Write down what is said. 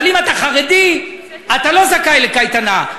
אבל אם אתה חרדי אתה לא זכאי לקייטנה.